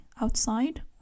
outside